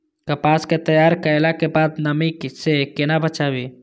कपास के तैयार कैला कै बाद नमी से केना बचाबी?